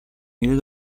είδε